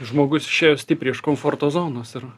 žmogus išėjo stipriai iš komforto zonos ir